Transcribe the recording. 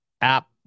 app